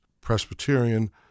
Presbyterian